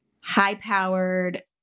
high-powered